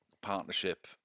partnership